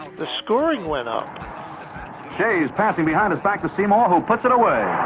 the scoring went up schayes passing behind his back to seymour who puts it away!